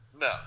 No